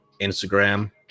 Instagram